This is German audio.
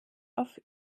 auf